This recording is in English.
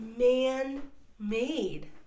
man-made